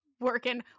working